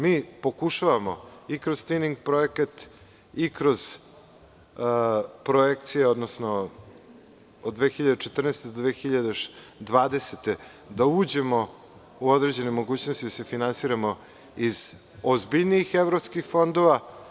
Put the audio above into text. Mi pokušavamo i kroz skrining projekat i kroz projekcije od 2014. do 2020. godine, da uđemo u određene mogućnosti i da se finansiramo iz ozbiljnijih evropskih fondova.